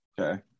Okay